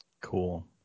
Cool